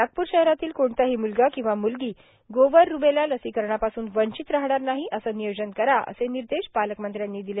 नागप्र शहरातील कोणताही म्लगा किंवा म्लगी गोवर रूबेला लसीकरणापासून वंचीत राहणार नाही असं नियोजन करा असे निर्देश पालकमंत्र्यांनी दिले